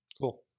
Cool